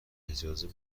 اجازه